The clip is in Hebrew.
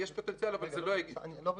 יש פוטנציאל --- אני לא מתווכח,